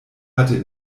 hatte